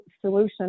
solution